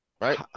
Right